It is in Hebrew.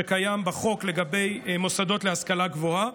שקיים בחוק לגבי מוסדות להשכלה גבוהה